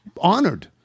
honored